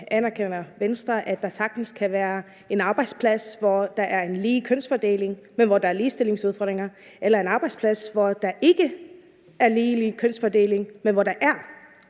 at der sagtens kan være en arbejdsplads, hvor der er en ligelig kønsfordeling, men hvor der er ligestillingsudfordringer, eller en arbejdsplads, hvor der ikke er en ligelig kønsfordeling, men hvor der er